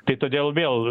tai todėl vėl